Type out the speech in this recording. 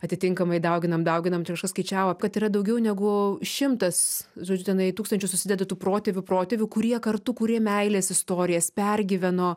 atitinkamai dauginam dauginam čia kažkas skaičiavo kad yra daugiau negu šimtas žodžiu tenai tūkstančius susideda tų protėvių protėvių kurie kartu kūrė meilės istorijas pergyveno